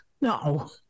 no